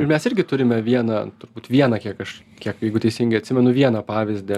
mes irgi turime vieną turbūt vieną kiek aš kiek jeigu teisingai atsimenu vieną pavyzdį